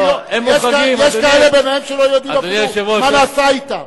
יש ביניהם כאלה שלא יודעים אפילו מה נעשה אתם.